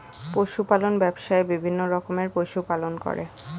পশু পালন ব্যবসায়ে বিভিন্ন রকমের পশু পালন করে